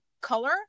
color